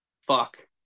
fuck